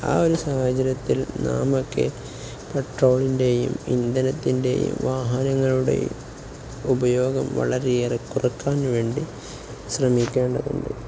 ആ ഒരു സാഹചര്യത്തിൽ നാമൊക്കെ പെട്രോളിൻ്റെയും ഇന്ധനത്തിൻ്റെയും വാഹനങ്ങളുടെയും ഉപയോഗം വളരെയേറെ കുറയ്ക്കാൻ വേണ്ടി ശ്രമിക്കേണ്ടതുണ്ട്